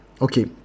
Okay